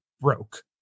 broke